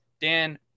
dan